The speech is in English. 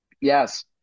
Yes